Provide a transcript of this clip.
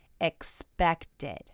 Expected